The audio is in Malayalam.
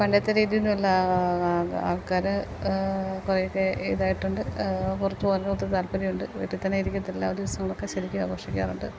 പണ്ട് ഇത്തിരി ഇരുന്നല്ല ആൾക്കാർ കുറേയൊക്കെ ഇതായിട്ടുണ്ട് പുറത്തു പോകാനൊത്തിരി താൽപ്പര്യമുണ്ട് വീട്ടിൽ തന്നെ ഇരിക്കത്തില്ല അവധി ദിവസങ്ങളൊക്കെ ശരിക്ക് ആഘോഷിക്കാറുണ്ട്